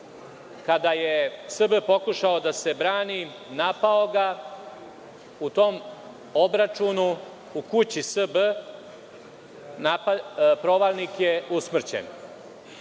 Kada je S.B. pokušao da se brani napao ga je i u tom obračunu, u kući S.B, provalnik je usmrćen.